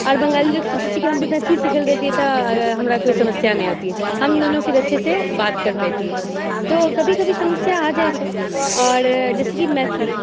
आर बंगाली लोग सोचै छै कि मैथिली सीखल रहितियै तऽ हमरा कोइ समस्या नहि होइतिऐ हम दुनू फिर अच्छे से बात करैत रहितियै तो कभी कभी समस्या आ जाय छै और जैसे कि मैथिली